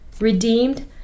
Redeemed